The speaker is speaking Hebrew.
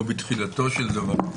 או בתחילתו של דבר,